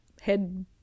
head